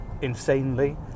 insanely